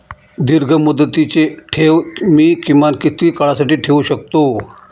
दीर्घमुदतीचे ठेव मी किमान किती काळासाठी ठेवू शकतो?